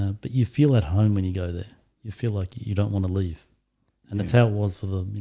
ah but you feel at home when you go there you feel like you don't want to leave and that's how it was for them,